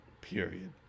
Period